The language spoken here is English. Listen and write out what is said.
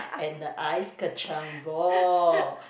and the ice-kacang ball